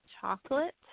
chocolate